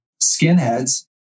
skinheads